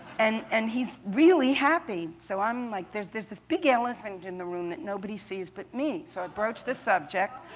and and he's really happy. so um like there's there's this big elephant in the room that nobody sees but me. so i broached the subject.